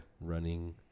Running